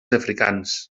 africans